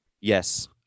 Yes